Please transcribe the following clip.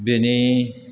बिनि